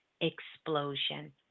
explosion